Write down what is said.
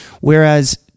Whereas